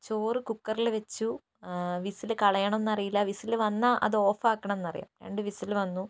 ചോറ് കുക്കറിൽ വച്ചു വിസിൽ കളയണം എന്നറിയില്ല വിസിൽ വന്നാൽ അത് ഓഫാക്കണം എന്നറിയാം രണ്ട് വിസിൽ വന്നു